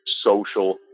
social